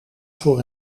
voor